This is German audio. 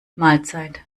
mahlzeit